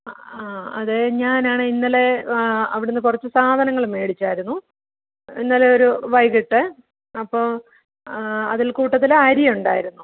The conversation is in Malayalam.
ആ അതെ ഞാനാണ് ഇന്നലെ അവിടന്ന് കുറച്ച് സാധനങ്ങൾ മേടിച്ചായിരുന്നു ഇന്നലെ ഒരു വൈകിട്ട് അപ്പം അതിൽ കൂട്ടത്തിൽ അരി ഉണ്ടായിരുന്നു